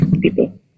people